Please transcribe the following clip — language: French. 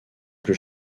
plus